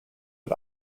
but